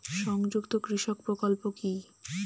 সংযুক্ত কৃষক প্রকল্প কি?